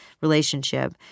relationship